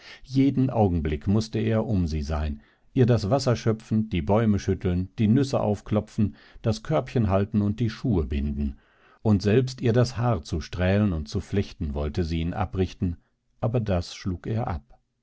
jeden augenblick mußte er um sie sein ihr das wasser schöpfen die bäume schütteln die nüsse aufklopfen das körbchen halten und die schuhe binden und selbst ihr das haar zu strählen und zu flechten wollte sie ihn abrichten aber das schlug er ab